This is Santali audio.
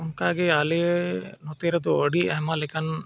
ᱚᱱᱠᱟᱜᱮ ᱟᱞᱮ ᱱᱚᱛᱮ ᱨᱮᱫᱚ ᱟᱹᱰᱤ ᱟᱭᱢᱟ ᱞᱮᱠᱟᱱ